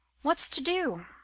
what's to do?